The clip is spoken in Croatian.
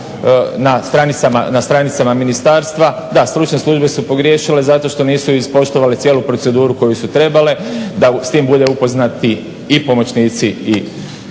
na stranicama ministarstva, da, stručne službe su pogriješile zato što nisu ispoštovale cijelu proceduru koju su trebale da s time budu upoznati i pomoćnici i